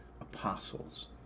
apostles